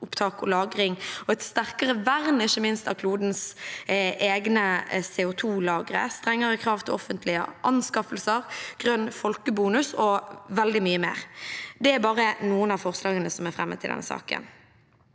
og ikke minst et sterkere vern av klodens egne CO2lagre, strengere krav til offentlige anskaffelser, grønn folkebonus og veldig mye mer. Det er bare noen av forslagene som er fremmet i denne saken.